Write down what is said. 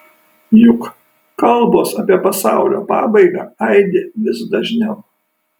juk kalbos apie pasaulio pabaigą aidi vis dažniau